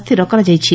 ସ୍ତିର କରାଯାଇଛି